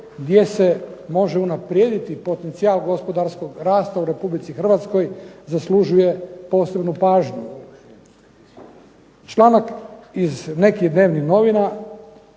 gdje se može unaprijediti potencijal gospodarskog rasta u Republici Hrvatskoj zaslužuje posebnu pažnju. Članak iz nekih dnevnih novina,